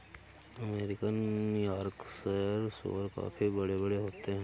American Yorkshire सूअर काफी बड़े बड़े होते हैं